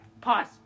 pause